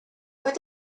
would